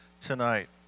tonight